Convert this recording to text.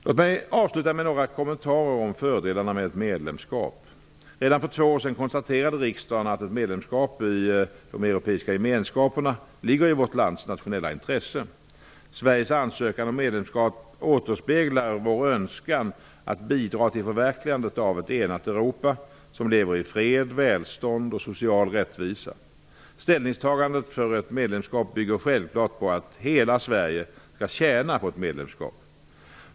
Låt mig avsluta med några kommentarer om fördelarna med ett medlemskap. Redan för två år sedan konstaterade riksdagen att ett medlemskap i de europeiska gemenskaperna ligger i vårt lands nationella intresse. Sveriges ansökan om medlemskap återspeglar vår önskan att bidra till förverkligandet av ett enat Europa, som lever i fred, välstånd och social rättvisa. Ställningstagandet för ett medlemskap bygger självklart på att hela Sverige skall tjäna på ett medlemskap.